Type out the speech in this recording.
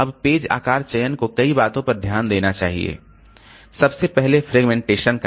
अब पेज आकार चयन को कई बातों पर ध्यान देना चाहिए सबसे पहले फ्रेगमेंटेशन का